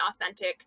authentic